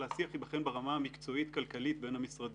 אלא השיח ייבחן ברמה המקצועית-כלכלית בין המשרדים.